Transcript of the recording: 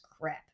Crap